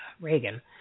Reagan